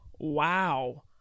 wow